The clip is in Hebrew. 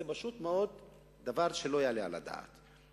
פשוט מאוד זה דבר שלא יעלה על הדעת.